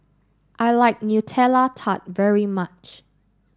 I like Nutella Tart very much